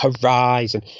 Horizon